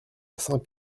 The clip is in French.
saint